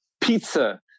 pizza